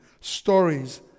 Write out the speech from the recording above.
Stories